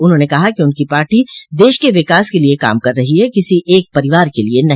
उन्होंने कहा कि उनकी पार्टी देश के विकास के लिए काम कर रही है किसी एक परिवार के लिए नहीं